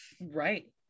Right